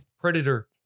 Predator